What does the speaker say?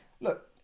look